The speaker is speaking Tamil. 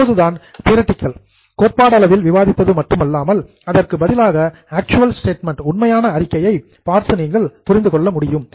அப்போதுதான் தியோரடிகல் கோட்பாட்டளவில் விவாதித்தது மட்டுமல்லாமல் அதற்கு பதிலாக ஆக்சுவல் ஸ்டேட்மெண்ட் உண்மையான அறிக்கையை பார்த்து நீங்கள் புரிந்து கொள்ள முடியும்